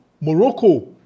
Morocco